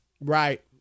Right